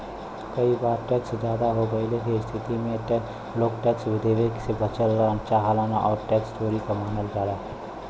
कई बार टैक्स जादा हो गइले क स्थिति में लोग टैक्स देवे से बचल चाहन ई टैक्स चोरी न मानल जाला